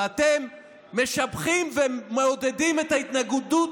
ואתם משבחים ומעודדים את ההתנגדות,